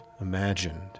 imagined